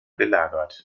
gelagert